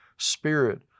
spirit